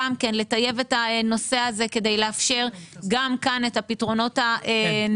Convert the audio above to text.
גם כן לטייב את הנושא הזה כדי לאפשר גם כאן את הפתרונות הנכונים,